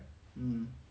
um